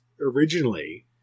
originally